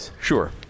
Sure